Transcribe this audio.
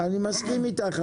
אני מסכים איתך,